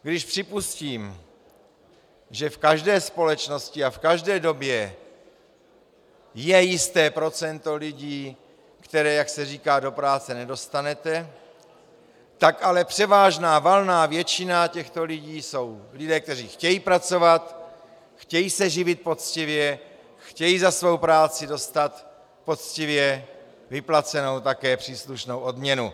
Když připustím, že v každé společnosti a v každé době je jisté procento lidí, které, jak se říká, do práce nedostanete, tak ale převážná valná většina těchto lidí jsou lidé, kteří chtějí pracovat, chtějí se živit poctivě, chtějí za svou práci také dostat poctivě vyplacenou odměnu.